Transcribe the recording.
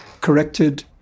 corrected